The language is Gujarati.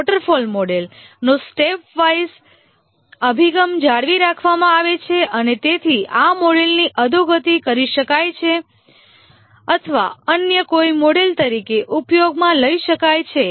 વોટરફોલ મોડેલનો સ્ટેપવાઇઝ અભિગમ જાળવી રાખવામાં આવે છે અને તેથી આ મોડેલની અધોગતિ કરી શકાય છે અથવા અન્ય કોઈ મોડેલ તરીકે ઉપયોગમાં લઈ શકાય છે